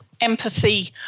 empathy